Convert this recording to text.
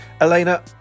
Elena